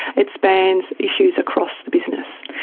it spans issues across the business.